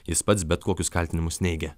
jis pats bet kokius kaltinimus neigia